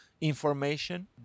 information